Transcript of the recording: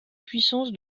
puissance